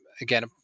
again